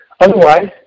Otherwise